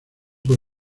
por